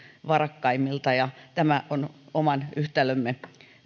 varakkaimmilta ja tämä on oman yhtälömme